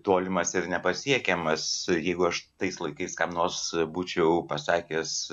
tolimas ir nepasiekiamas jeigu aš tais laikais kam nors būčiau pasakęs